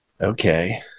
okay